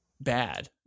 bad